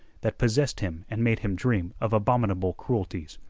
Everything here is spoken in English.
that possessed him and made him dream of abominable cruelties.